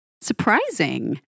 surprising